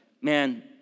man